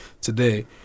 today